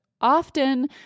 often